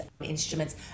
instruments